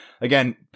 again